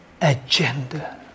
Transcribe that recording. agenda